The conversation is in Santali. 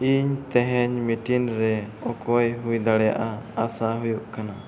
ᱤᱧ ᱛᱮᱦᱮᱧ ᱢᱤᱴᱤᱝ ᱨᱮ ᱚᱠᱚᱭ ᱦᱩᱭᱫᱟᱲᱮᱭᱟᱜᱼᱟ ᱟᱥᱟ ᱦᱩᱭᱩᱜ ᱠᱟᱱᱟ